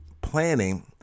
planning